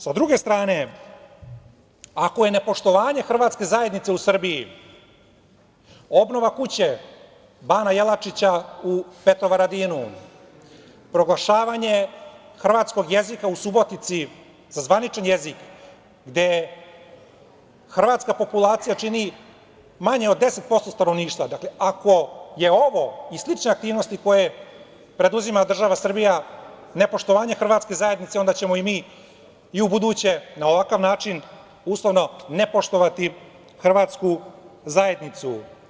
Sa druge strane, ako je nepoštovanje hrvatske zajednice u Srbiji obnova kuće Bana Jelačića u Petrovaradinu, proglašavanje hrvatskog jezika u Subotici za zvaničan jezik gde hrvatska populacija čini manje od 10% stanovništva, dakle ako je ovo i slične aktivnosti koje preduzima država Srbija nepoštovanje hrvatske zajednice, onda ćemo mi i u buduće na ovakav način, uslovno, nepoštovati hrvatsku zajednicu.